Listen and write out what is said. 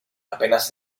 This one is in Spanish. apenas